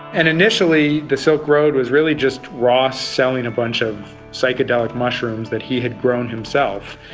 and initially the silk road was really just ross selling a bunch of psychedelic mushrooms that he had grown himself.